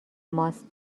ماست